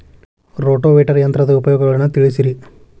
rotavator ಯಂತ್ರದ ಉಪಯೋಗಗಳನ್ನ ತಿಳಿಸಿರಿ